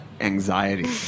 anxiety